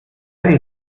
ich